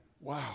Wow